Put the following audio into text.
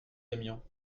aimions